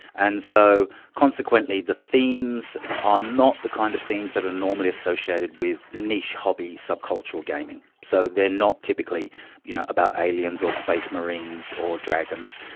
and so consequently the themes are not the kind of themes that are normally associated with niche, hobby, subcultural gaming. so they are not typically you know about aliens or space marines or dragons,